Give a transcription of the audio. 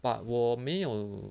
but 我没有